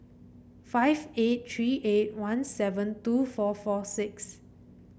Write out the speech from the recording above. five eight three eight one seven two four four six